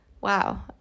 wow